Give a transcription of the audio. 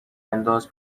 انداز